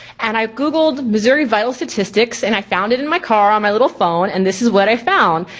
and i googled missouri vital statistics and i found it in my car on my little phone, and this is what i found.